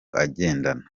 agendana